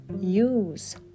use